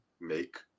make